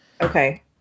Okay